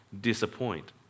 disappoint